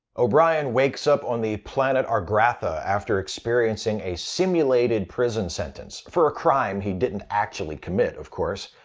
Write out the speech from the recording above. o'brien wakes up on the planet argratha after experiencing a simulated prison sentence for a crime he didn't actually commit, of course.